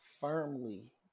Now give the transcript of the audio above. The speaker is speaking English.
firmly